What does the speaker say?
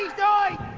die,